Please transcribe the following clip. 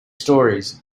stories